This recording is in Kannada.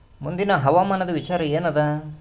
ಮುಂದಿನ ಹವಾಮಾನದ ವಿಚಾರ ಏನದ?